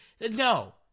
No